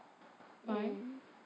by